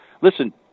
Listen